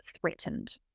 threatened